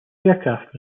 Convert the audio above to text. aircraft